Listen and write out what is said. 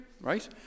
right